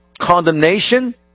condemnation